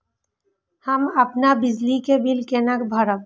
हम अपन बिजली के बिल केना भरब?